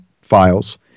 files